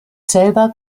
selber